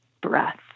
breath